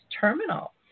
terminal